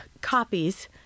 copies